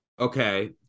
okay